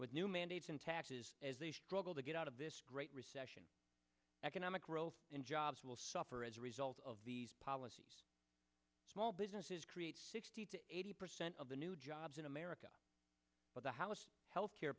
with new mandates and taxes as they struggle to get out of this great recession economic growth and jobs will suffer as a result of these policies small businesses create sixty to eighty percent of the new jobs in america but the house health care